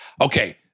Okay